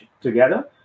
together